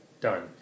Done